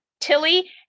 Tilly